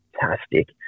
fantastic